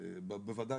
בוודאי